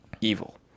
evil